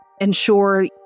ensure